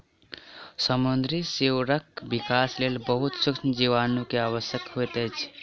समुद्री सीवरक विकासक लेल बहुत सुक्ष्म जीवाणु के आवश्यकता होइत अछि